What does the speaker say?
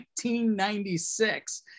1996